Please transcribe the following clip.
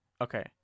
Okay